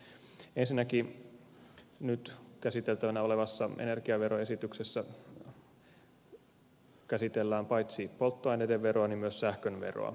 ensinnäkin nyt käsiteltävänä olevassa energiaveroesityksessä käsitellään paitsi polttoaineiden veroa myös sähkön veroa